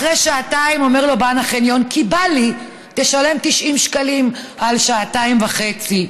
אחרי שעתיים אומר לו בעל החניון: תשלם 90 שקלים על שעתיים וחצי,